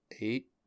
eight